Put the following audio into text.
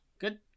good